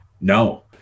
no